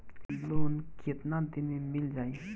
Loan कितना दिन में मिल जाई?